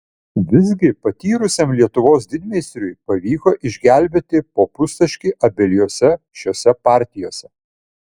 visgi patyrusiam lietuvos didmeistriui pavyko išgelbėti po pustaškį abiejose šiose partijose